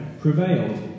prevailed